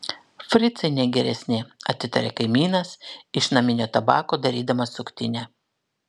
fricai ne geresni atitaria kaimynas iš naminio tabako darydamas suktinę